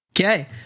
Okay